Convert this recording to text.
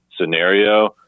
scenario